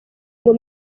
ngo